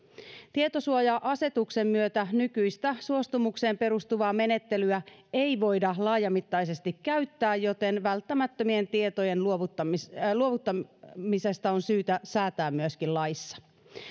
tietosuoja asetuksen myötä nykyistä suostumukseen perustuvaa menettelyä ei voida laajamittaisesti käyttää joten välttämättömien tietojen luovuttamisesta luovuttamisesta on syytä säätää myöskin laissa